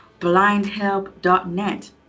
blindhelp.net